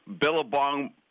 billabong